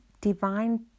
divine